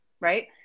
right